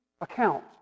Account